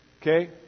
Okay